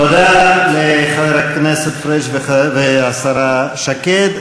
ככה כתוב, תודה לחבר הכנסת פריג' ולשרה שקד.